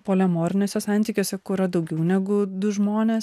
polemoriniuose santykiuose kur yra daugiau negu du žmonės